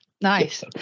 nice